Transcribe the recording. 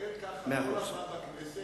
ופועל כך כל הזמן בכנסת,